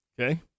Okay